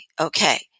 okay